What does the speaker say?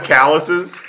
calluses